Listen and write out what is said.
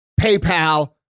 PayPal